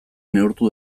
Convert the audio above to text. neurtu